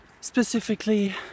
specifically